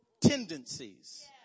tendencies